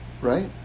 Right